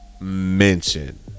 mention